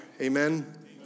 Amen